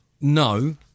No